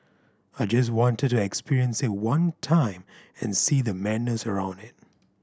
I just wanted to experience it one time and see the madness around it